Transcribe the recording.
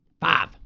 Five